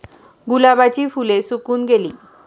गुलाबाची फुले सुकून गेली